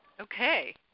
Okay